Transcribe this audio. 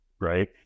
right